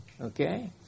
Okay